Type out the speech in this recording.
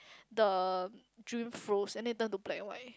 the dream froze and then it turned to black and white